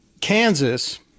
Kansas